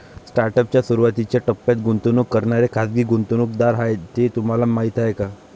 Startup च्या सुरुवातीच्या टप्प्यात गुंतवणूक करणारे खाजगी गुंतवणूकदार आहेत हे तुम्हाला माहीत आहे का?